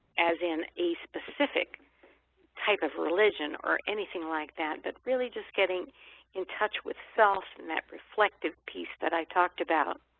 as in a specific type of religion or anything like that but really just getting in touch with self and that reflective piece that i talked about.